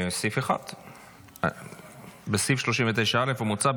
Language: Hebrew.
"סעיף 1. בסעיף 39א המוצע,